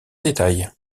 détail